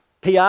PR